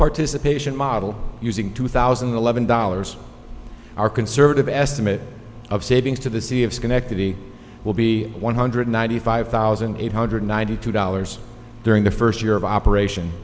participation model using two thousand and eleven dollars our conservative estimate of savings to the sea of schenectady will be one hundred ninety five thousand eight hundred ninety two dollars during the first year of operation